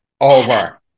over